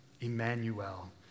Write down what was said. Emmanuel